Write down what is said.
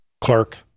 clerk